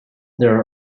there